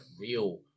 real